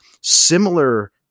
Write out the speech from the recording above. similar